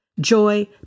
joy